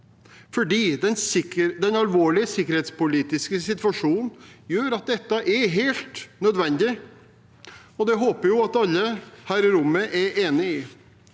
Den alvorlige sikkerhetspolitiske situasjonen gjør at dette er helt nødvendig, og det håper jeg alle her i rommet er enig i.